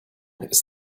ist